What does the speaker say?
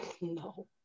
No